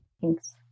Thanks